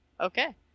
okay